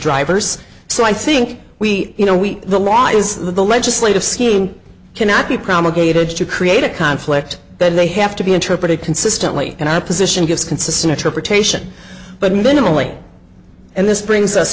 drivers so i think we you know we the law is the legislative scheme cannot be promulgated to create a conflict that they have to be interpreted consistently and our position gives consistent interpretation but minimally and this brings us